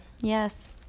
Yes